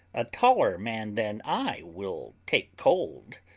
a taller man than i will take cold.